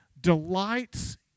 delights